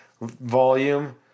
volume